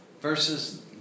versus